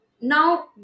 Now